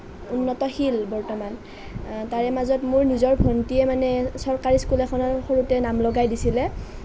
উন্নতশীল বৰ্তমান তাৰে মাজত মোৰ নিজৰ ভণ্টীয়ে মানে চৰকাৰী স্কুল এখনত সৰুতে নাম লগাই দিছিলে